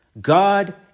God